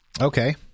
Okay